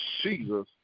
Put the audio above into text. Jesus